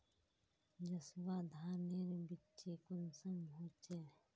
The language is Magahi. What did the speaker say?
जसवा धानेर बिच्ची कुंसम होचए?